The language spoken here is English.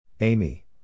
Amy